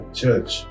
church